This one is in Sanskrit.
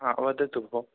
हा वदतु भोः